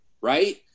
Right